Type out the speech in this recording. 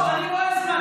לא, אני לא הזמנתי.